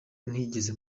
ntigeze